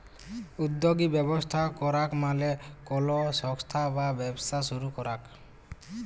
উদ্যগী ব্যবস্থা করাক মালে কলো সংস্থা বা ব্যবসা শুরু করাক